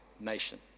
nation